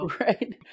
right